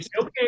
okay